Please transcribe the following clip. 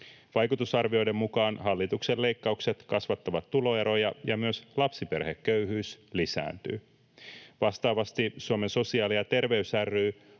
Vaikutusarvioiden mukaan hallituksen leikkaukset kasvattavat tuloeroja ja myös lapsiperheköyhyys lisääntyy. Vastaavasti Suomen sosiaali ja terveys ry